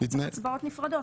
צריך הצבעות נפרדות,